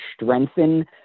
strengthen